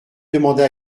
demander